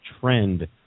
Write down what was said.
trend